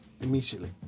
immediately